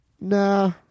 Nah